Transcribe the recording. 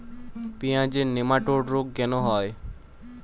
পেঁয়াজের নেমাটোড রোগ কেন হয়?